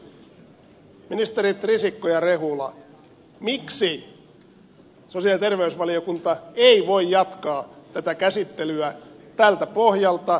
ministerit risikko ja rehula miksi sosiaali ja terveysvaliokunta ei voi jatkaa tätä käsittelyä tältä pohjalta